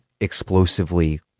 explosively